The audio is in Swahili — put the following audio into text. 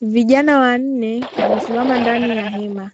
Vijana wanne wamesimama ndani ya hema